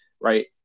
right